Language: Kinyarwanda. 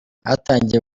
hatangiye